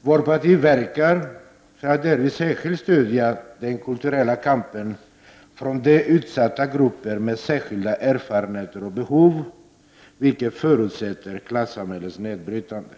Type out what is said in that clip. Vårt parti verkar för att därvid särskilt stödja den kulturella kampen från de utsatta grupperna med särskilda erfarenheter och behov, vilket förutsätter klassamhällets nedbrytande.